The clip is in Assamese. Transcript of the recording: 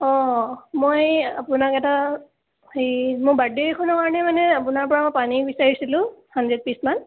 অঁ মই আপোনাক এটা হেৰি মই বাৰ্থডে এখনৰ কাৰণে মানে আপোনাৰপৰা মই পানী বিচাৰিছিলোঁ হাণ্ড্ৰেড পিচমান